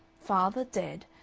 father dead.